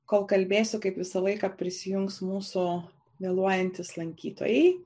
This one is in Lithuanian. kol kalbėsiu kaip visą laiką prisijungs mūsų vėluojantys lankytojai